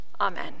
Amen